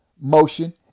motion